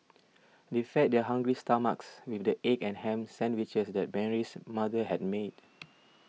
they fed their hungry stomachs with the egg and ham sandwiches that Mary's mother had made